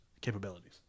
capabilities